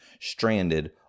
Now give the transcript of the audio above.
stranded